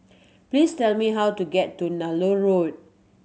please tell me how to get to Nallur Road